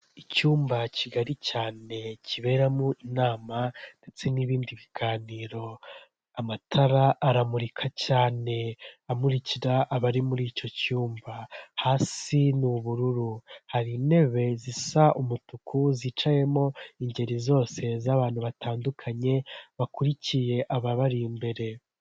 Umugabo w'imisatsi migufiya w'inzobe ufite ubwanwa bwo hejuru wambaye umupira wo kwifubika urimo amabara atandukanye ubururu, umweru n'umukara wambariyemo ishati, araburanishwa.